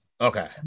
okay